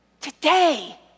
Today